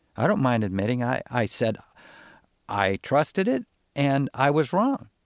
i don't mind admitting i i said i trusted it and i was wrong.